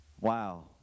Wow